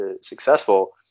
successful